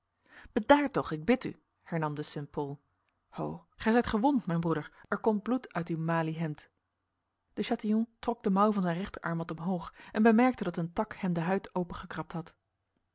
bedaar toch ik bid u hernam de st pol ho gij zijt gewond mijn broeder er komt bloed uit uw maliehemd de chatillon trok de mouw van zijn rechterarm wat omhoog en bemerkte dat een tak hem de huid opengekrabd had